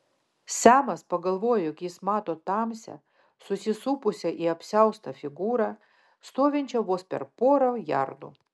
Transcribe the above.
semas pagalvojo jog jis mato tamsią susisupusią į apsiaustą figūrą stovinčią vos per porą jardų